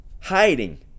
hiding